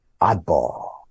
Oddball